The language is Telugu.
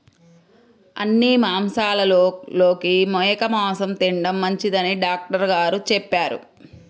అన్ని మాంసాలలోకి మేక మాసం తిండం మంచిదని డాక్టర్ గారు చెప్పారు